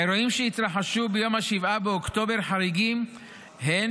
האירועים שהתרחשו ביום 7 באוקטובר חריגים הן